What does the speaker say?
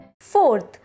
Fourth